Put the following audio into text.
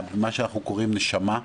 הנשמה,